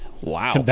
Wow